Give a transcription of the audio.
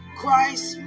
Christ